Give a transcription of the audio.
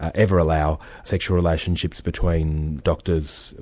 ever allow sexual relationships between doctors,